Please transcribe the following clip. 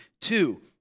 two